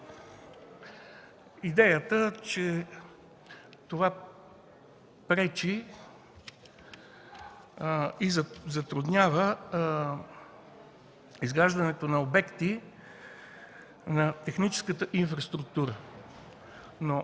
идеята, че това пречи и затруднява изграждането на обекти на техническата инфраструктура.